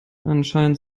anscheinend